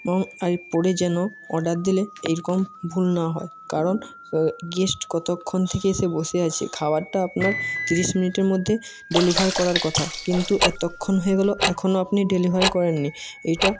এবং এরপরে যেন অর্ডার দিলে এইরকম ভুল না হয় কারণ গেস্ট কতক্ষণ থেকে এসে বসে আছে খাবারটা আপনার তিরিশ মিনিটের মধ্যে ডেলিভার করার কথা কিন্তু এতক্ষণ হয়ে গেল এখনো আপনি ডেলিভার করেন নি এইটা